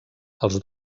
els